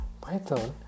Python